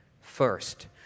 First